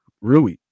Rui